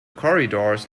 corridors